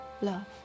Love